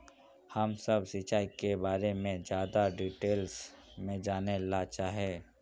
हम सब सिंचाई के बारे में ज्यादा डिटेल्स में जाने ला चाहे?